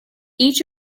each